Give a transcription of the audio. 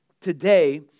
today